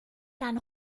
dann